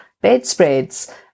bedspreads